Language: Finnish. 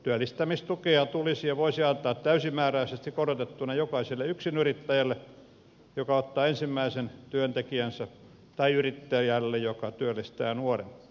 työllistämistukea tulisi ja voisi antaa täysimääräisesti korotettuna jokaiselle yksinyrittäjälle joka ottaa ensimmäisen työntekijänsä tai yrittäjälle joka työllistää nuoren